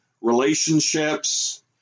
relationships